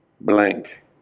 blank